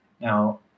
Now